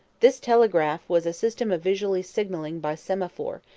this telegraph was a system of visual signalling by semaphore,